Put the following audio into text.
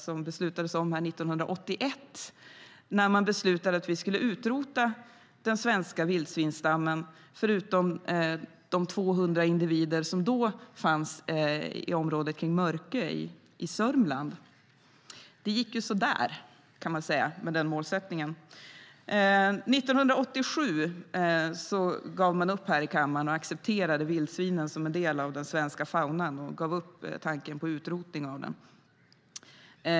Det beslutades 1981 att vi skulle utrota den svenska vildsvinsstammen förutom de 200 individer som då fanns i området kring Mörkö i Sörmland. Det gick sådär med den målsättningen. År 1987 gav man upp här i kammaren och accepterade vildsvinen som en del av den svenska faunan, och man gav upp tanken på utrotning av dem.